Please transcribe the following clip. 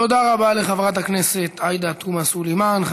תודה רבה לחברת הכנסת עאידה תומא סלימאן.